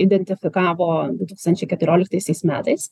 identifikavo du tūkstančiai keturioliktaisiais metais